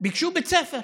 ביקשו בית ספר.